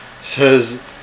says